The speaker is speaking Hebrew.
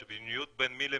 שוויוניות בין מי למי?